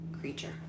creature